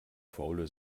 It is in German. faule